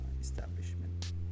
establishment